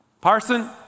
Parson